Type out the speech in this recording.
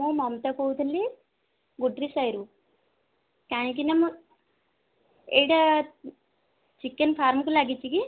ମୁଁ ମମତା କହୁଥିଲି ଗୁଡ଼୍ରୀ ସାହିରୁ କାହିଁକିନା ମୁଁ ଏଇଟା ଚିକେନ ଫାର୍ମକୁ ଲାଗିଛି କି